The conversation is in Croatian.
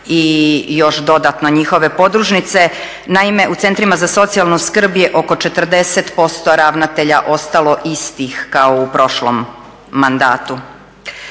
i još dodatno njihove podružnice. Naime, u centrima za socijalnu skrb je oko 40% ravnatelja ostalo istih kao u prošlom mandatu.